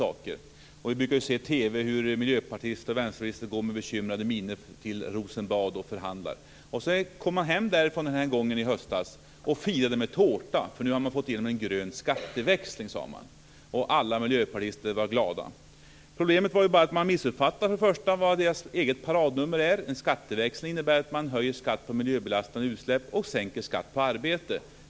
Vi brukar kunna se på TV hur miljöpartister och vänsterpartister med bekymrade miner går till Rosenbad för att förhandla. I höstas kom man hem därifrån och firade med tårta. Man hade fått igenom en grön skatteväxling, sade man. Alla miljöpartister var glada. Problemet var bara att man missuppfattade vad det egna paradnumret var. En skatteväxling innebär att man höjer skatten på miljöbelastande utsläpp och sänker skatten på arbete.